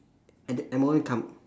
and the M_O_M come